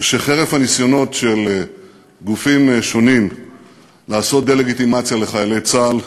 שחרף הניסיונות של גופים שונים לעשות דה-לגיטימציה לחיילי צה"ל,